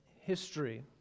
history